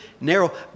narrow